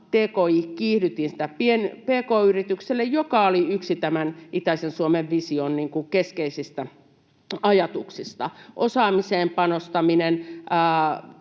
tki-kiihdytintä pk-yrityksille, joka oli yksi itäisen Suomen vision keskeisistä ajatuksista. Osaamiseen, elinvoimaan,